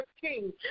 King